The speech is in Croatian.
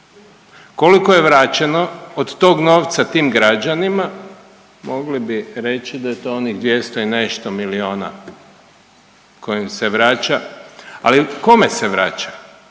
Koliko je vraćeno od tog novca tim građanima? Mogli bi reći da je to onih 200 i nešto milijuna koji im se vraća. Ali kome se vraća?